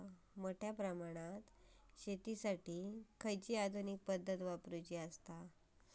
मोठ्या प्रमानात शेतिखाती कसली आधूनिक पद्धत वापराची?